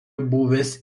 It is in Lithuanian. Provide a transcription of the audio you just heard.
buvęs